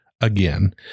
again